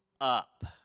up